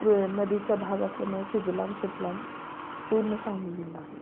नदीचा भाग असल्यामुळं सुजलाम सुफलाम पूर्ण सांगली जिल्हा आहे